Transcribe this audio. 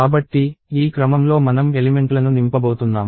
కాబట్టి ఈ క్రమంలో మనం ఎలిమెంట్లను నింపబోతున్నాం